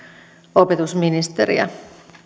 opetusministeriä